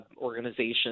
organization